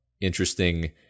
interesting